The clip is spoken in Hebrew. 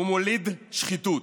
הוא מוליד שחיתות.